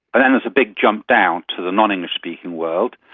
and then there's a big jump down to the non-english speaking world,